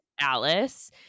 Alice